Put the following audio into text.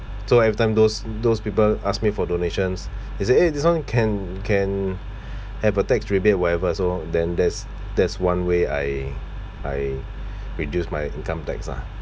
so every time those those people asked me for donations they say eh this one can can have a tax rebate or whatever so then there's there's one way I I reduce my income tax lah